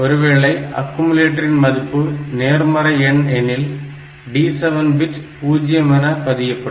ஒருவேளை ஆக்குமுலட்டரின் மதிப்பு நேர்மறை எண் எனில் D7 பிட் பூஜ்ஜியம் என பதியப்படும்